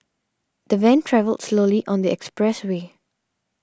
the van travelled slowly on the expressway